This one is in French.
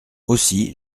aussi